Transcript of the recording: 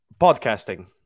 podcasting